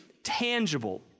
tangible